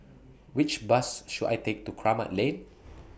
Which Bus should I Take to Kramat Lane